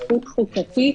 זכות חוקתית,